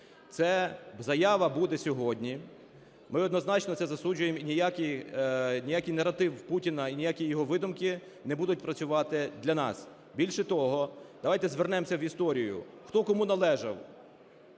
Це заява буде сьогодні. Ми однозначно це засуджуємо і ніякий наратив Путіна, і ніякі його видумки не будуть працювати для нас. Більше того, давайте звернемося в історію, хто кому належав.